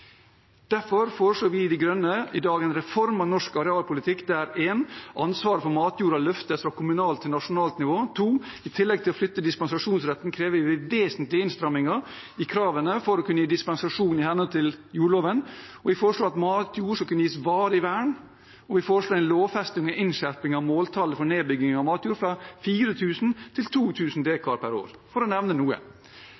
Derfor foreslår vi i De Grønne i dag en reform av norsk arealpolitikk der ansvaret for matjorda løftes fra kommunalt til nasjonalt nivå. I tillegg til å flytte dispensasjonsretten krever vi vesentlige innstramminger i kravene for å kunne gi dispensasjon i henhold til jordloven. Vi foreslår at matjord skal kunne gis varig vern, og vi foreslår en lovfesting og innskjerping av måltallet for nedbygging av matjord fra 4 000 dekar til